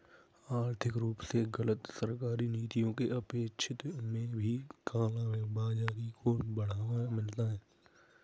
आर्थिक रूप से गलत सरकारी नीतियों के अनपेक्षित में भी काला बाजारी को बढ़ावा मिलता है